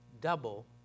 double